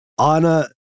Anna